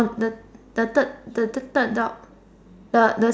the third the third dog the